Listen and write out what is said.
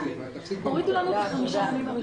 וקיבלתם בראש.